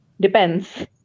depends